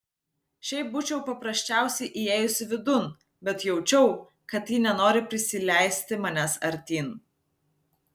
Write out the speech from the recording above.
šiaip būčiau paprasčiausiai įėjusi vidun bet jaučiau kad ji nenori prisileisti manęs artyn